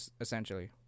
essentially